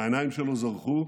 העיניים שלו זרחו,